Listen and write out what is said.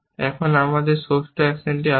এখন আমাদের ষষ্ঠ অ্যাকশন আসছে